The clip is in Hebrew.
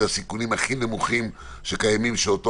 אלה הסיכונים הכי נמוכים שקיימים שאותו